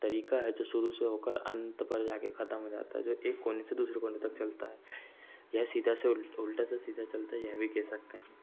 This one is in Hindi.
तरीक़ा है जो शुरू से हो कर अंत पर जा कर ख़त्म हो जाता है जो एक कोने से दूसरे कोने तक चलता है यह सीधा से उल्टा से सीधा चलता है यह भी कह सकते हैं